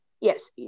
yes